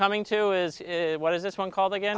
coming to is what is this one called again